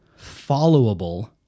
followable